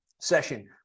session